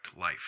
life